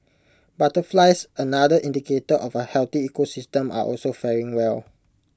butterflies another indicator of A healthy ecosystem are also faring well